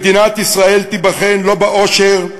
"מדינת ישראל תיבחן לא בעושר,